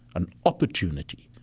an opportunity,